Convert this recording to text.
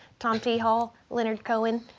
tom t hall, leonard cohen,